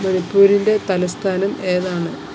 മണിപ്പൂരിൻ്റെ തലസ്ഥാനം ഏതാണ്